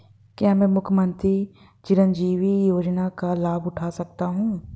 क्या मैं मुख्यमंत्री चिरंजीवी योजना का लाभ उठा सकता हूं?